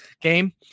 game